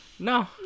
No